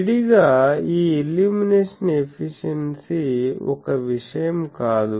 విడిగా ఈ illumination efficiency ఒక విషయం కాదు